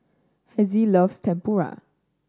Hezzie loves Tempura